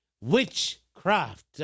witchcraft